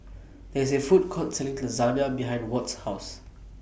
There IS A Food Court Selling Lasagne behind Watt's House